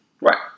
Right